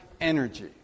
energy